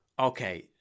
okay